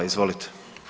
Izvolite.